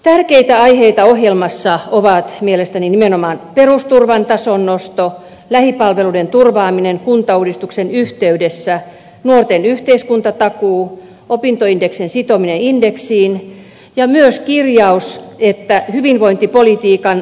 tärkeitä aiheita ohjelmassa ovat mielestäni nimenomaan perusturvan tason nosto lähipalveluiden turvaaminen kuntauudistuksen yhteydessä nuorten yhteiskuntatakuu opintorahan sitominen indeksiin ja myös kirjaus että hyvinvointipolitiikkaan